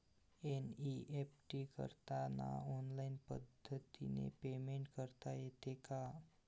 NEFT करताना online पद्धतीने payment करता येते का?